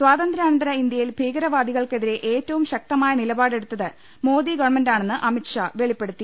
സ്വാതന്ത്യാനന്തര ഇന്ത്യയിൽ ഭീകരവാദികൾക്കെതിരെ ഏറ്റവും ശക്തമായ നിലപാടെടുത്തത് മോദി ഗവൺമെന്റാണെന്ന് അമിത്ഷാ വെളിപ്പെടുത്തി